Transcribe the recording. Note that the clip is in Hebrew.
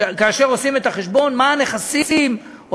כאשר עושים את החשבון מה הנכסים או